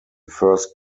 first